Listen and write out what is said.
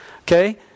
Okay